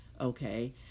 okay